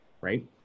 right